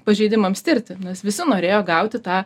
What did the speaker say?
pažeidimams tirti nes visi norėjo gauti tą